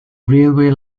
railway